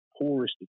poorest